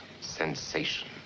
Sensation